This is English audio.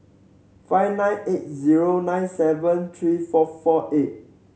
five nine eight zero nine seven three four four eight